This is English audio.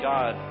God